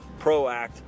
proact